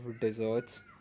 desserts